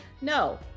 no